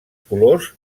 colors